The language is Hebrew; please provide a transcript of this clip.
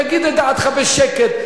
תגיד את דעתך בשקט.